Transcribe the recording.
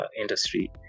industry